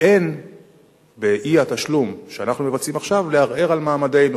אין באי-התשלום שאנחנו מבצעים עכשיו לערער על מעמדנו,